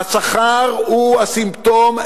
השכר הוא הסימפטום,